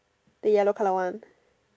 the yellow colour one